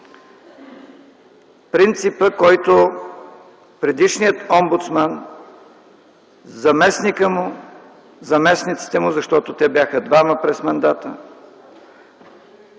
принципа, който предишният омбудсман, заместниците му, защото те бяха двама през мандата,